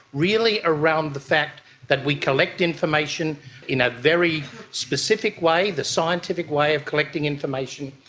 really around the fact that we collect information in a very specific way, the scientific way of collecting information,